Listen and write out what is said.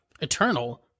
eternal